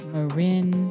Marin